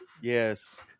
Yes